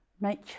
make